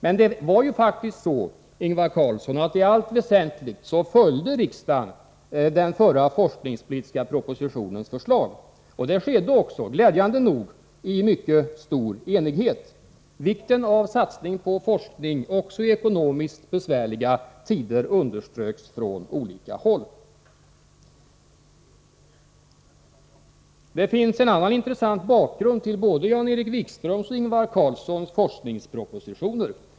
Men det var ju faktiskt så, Ingvar Carlsson, att riksdagen i allt väsentligt följde den förra forskningspolitiska propositionens förslag. Det skedde också, glädjande nog, i mycket stor enighet. Vikten av satsning på forskning också i ekonomiskt besvärliga tider underströks från olika håll. Det finns en annan intressant bakgrund till Jan-Erik Wikströms och Ingvar Carlssons forskningspropositioner.